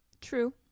True